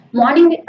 morning